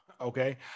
okay